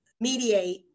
mediate